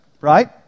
Right